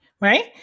right